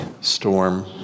storm